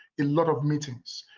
a lot of meetings.